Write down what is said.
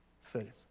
faith